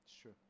Sure